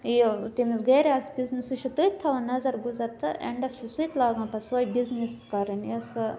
یہِ تٔمِس گرِ آسہٕ بِزنِس سُہ چھُ تٔتھۍ تھاوان نَظر گُزَر تہٕ اینٛڈَس چھُ سُہ تہِ لاگان پَتہٕ سۄے بِزنِس کَرٕنۍ یۄس سۄ